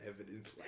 evidence